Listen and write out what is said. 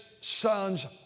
son's